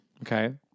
Okay